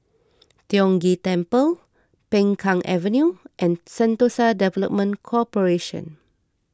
Tiong Ghee Temple Peng Kang Avenue and Sentosa Development Corporation